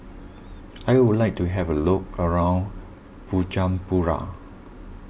I would like to have a look around Bujumbura